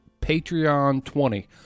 PATREON20